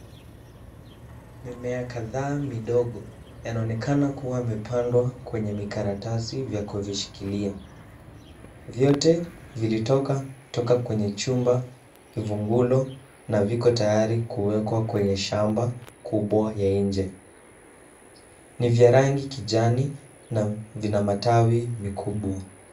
Mimea kadhaa midogo yanaonekana kuwa yamepandwa kwenye mikaratasi vya kuvishikilia. Vyote vilitoka kutoka kwenye chumba kivungulo na viko tayari kuwekwa kwenye shamba kubwa ya nje. Ni vya rangi kijani na vina matawi mikubwa.